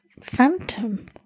Phantom